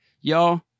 y'all